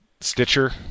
Stitcher